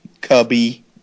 cubby